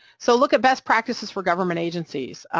so look at best practices for government agencies,